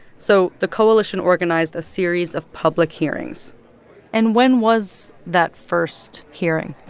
so the coalition organized a series of public hearings and when was that first hearing?